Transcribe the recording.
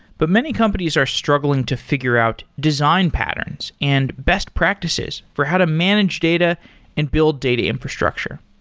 but many companies are struggling to figure out design patterns and best practices for how to manage data and build data infrastructure.